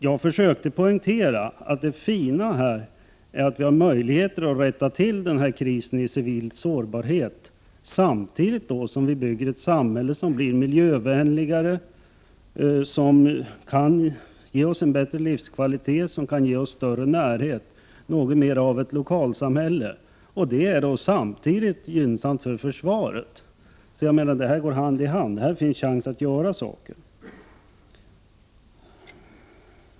Jag försökte poängtera att det fina är att det finns möjligheter att rätta till krisen i fråga om civil sårbarhet samtidigt som ett samhälle byggs upp som blir miljövänligare, som kan ge människor en bättre livskvalitet och större närhet, mera av ett lokalsamhälle, vilket också är gynnsamt för försvaret. Detta går hand i hand. Här finns det ett alltså en chans att göra saker.